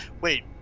Wait